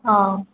ହଁ